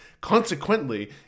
Consequently